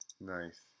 nice